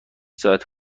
ساعت